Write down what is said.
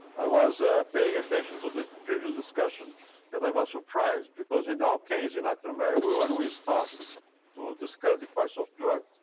i was paying attention to the previous discussion and i was surprised, because in our case in latin america, we always talk to discuss the question of drugs.